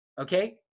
Okay